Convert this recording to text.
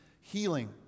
healing